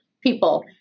people